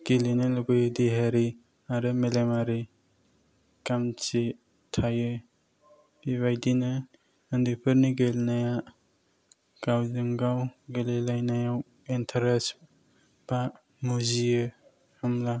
गेलेनो लुगैयो देहायारि आरो मेलेमारि खान्थि थायो बेबायदिनो उन्दैफोरनि गेलेनाया गावजों गाव गेलेलायनायाव एन्थारेस बा मुजियो होमब्ला